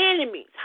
enemies